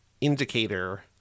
indicator